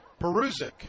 Peruzic